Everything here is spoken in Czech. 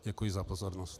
Děkuji za pozornost.